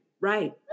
Right